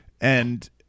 And-